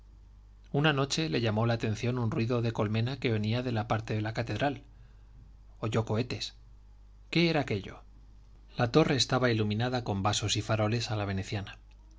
una noche le llamó la atención un ruido de colmena que venía de la parte de la catedral oyó cohetes qué era aquello la torre estaba iluminada con vasos y faroles a la veneciana